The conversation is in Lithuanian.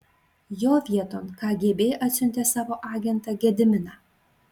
jo vieton kgb atsiuntė savo agentą gediminą